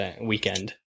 weekend